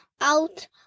out